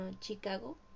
Chicago